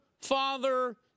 Father